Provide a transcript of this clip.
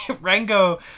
Rango